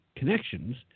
connections